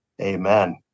Amen